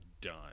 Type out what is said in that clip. done